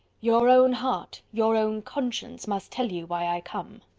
your own heart, your own conscience, must tell you why i come.